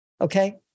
okay